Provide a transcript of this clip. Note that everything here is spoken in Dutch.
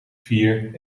vier